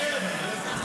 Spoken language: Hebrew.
כהצעת הוועדה, נתקבל.